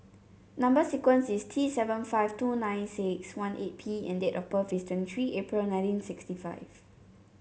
number sequence is T seven five two nine six one eight P and date of birth is twenty three April nineteen sixty five